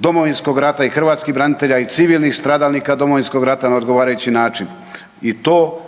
Domovinskog rata i hrvatskih branitelja i civilnih stradalnika Domovinskog rata na odgovarajući način. I to